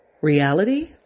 reality